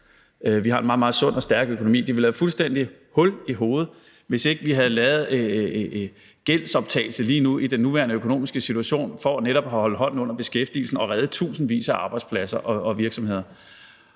Vi har en meget, meget sund og stærk økonomi. Det ville være fuldstændig hul i hovedet, hvis ikke vi havde lavet gældsoptagelse lige nu i den nuværende økonomiske situation for netop at holde hånden under beskæftigelsen og redde tusindvis af arbejdspladser og virksomheder.